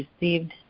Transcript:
received